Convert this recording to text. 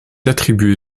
attribuée